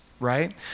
Right